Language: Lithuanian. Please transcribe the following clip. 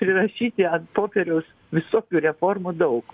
prirašyti ant popieriaus visokių reformų daug